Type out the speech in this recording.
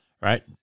right